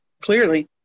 Clearly